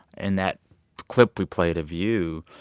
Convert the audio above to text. in that clip we played of you,